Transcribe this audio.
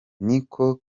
niko